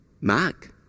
Mark